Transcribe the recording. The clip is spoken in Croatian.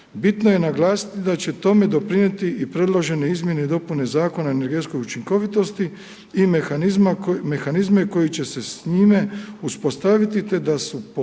Bitno je naglasiti da će tome doprinijeti i predložene izmjene i dopune Zakona o energetskoj učinkovitosti i mehanizmi koji će se s njime uspostaviti te da su po prvi